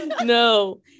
no